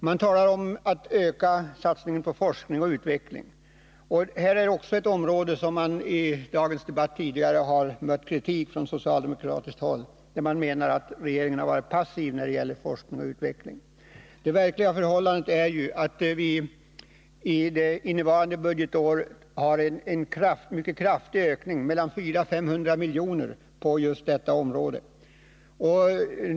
Det talas också om att öka satsningen på forskning och utveckling. Det här är också ett område där under dagens debatt kritik har kommit från socialdemokratiskt håll. Man menar att regeringen har varit passiv när det gäller forskning och utveckling. Det verkliga förhållandet är att vi under innevarande budgetår har en mycket kraftig ökning på mellan 400 och 500 miljoner på just detta område.